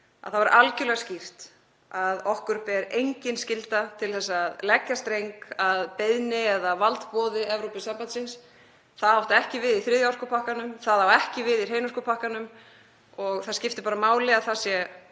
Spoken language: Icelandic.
hætti, er algerlega skýrt að okkur ber engin skylda til að leggja streng að beiðni eða valdboði Evrópusambandsins. Það átti ekki við í þriðja orkupakkanum, það á ekki við í hreinorkupakkanum og það skiptir bara máli að það sé